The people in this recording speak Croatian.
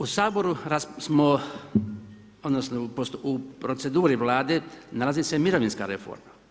U Saboru smo, odnosno u proceduri Vlade nalazi se mirovinska reforma.